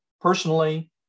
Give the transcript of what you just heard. personally